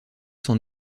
son